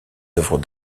œuvres